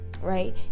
right